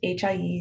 HIEs